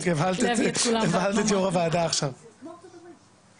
תחילתו של צו זה ביום כ"ה בשבט התשפ"ג (16 בפברואר 2023). זאת אומרת,